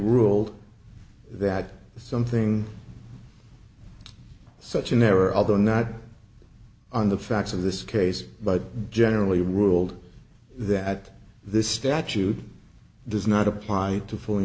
ruled that something such an error although not on the facts of this case but generally ruled that this statute does not apply to fully